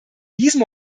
diesem